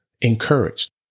encouraged